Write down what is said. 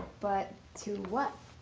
but, to what?